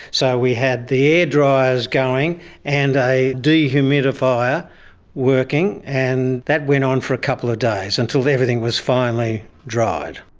so we had the air dryers going and a dehumidifier working and that went on for a couple of days until everything was finally dried.